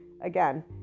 Again